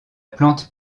plante